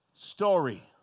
story